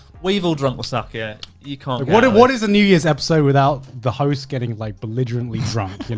we've all drunk the sake, yeah. yeah kind of what and what is new year's episode without the hosts getting like belligerently drunk?